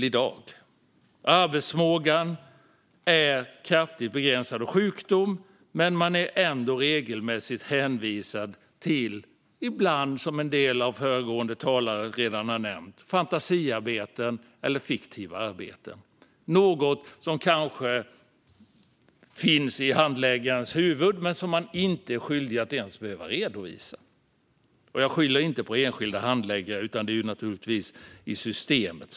Ens arbetsförmåga är kraftigt begränsad av sjukdom, men man är ändå regelmässigt hänvisad till fantasiarbeten eller fiktiva arbeten, vilket en del talare redan nämnt. Det är något som kanske finns i handläggarens huvud men som denne inte ens är skyldig att redovisa. Jag skyller förstås inte på enskilda handläggare, utan det är ett systemfel.